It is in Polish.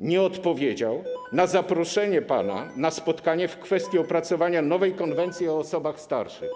nie odpowiedział na pana zaproszenie na spotkanie w kwestii opracowania nowej konwencji o osobach starszych.